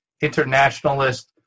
internationalist